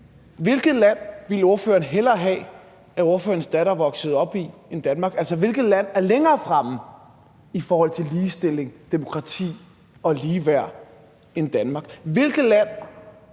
Hvilket land ville ordføreren hellere have, at ordførerens datter voksede op i, end Danmark? Altså, hvilket land er længere fremme i forhold til ligestilling, demokrati og ligeværd end Danmark?